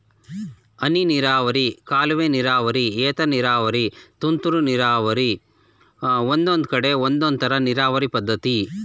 ಹನಿನೀರಾವರಿ ಕಾಲುವೆನೀರಾವರಿ ಏತನೀರಾವರಿ ತುಂತುರು ನೀರಾವರಿ ಒಂದೊಂದ್ಕಡೆ ಒಂದೊಂದ್ತರ ನೀರಾವರಿ ಪದ್ಧತಿ